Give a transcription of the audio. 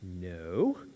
No